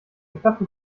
knappe